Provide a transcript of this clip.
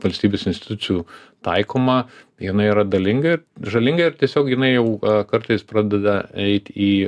valstybės institucijų taikoma jinai yra dalinga ir žalinga ir tiesiog jinai jau kartais pradeda eit į